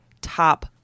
top